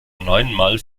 neunmal